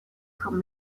from